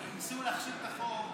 ניסינו להכשיל את החוק,